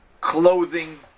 clothing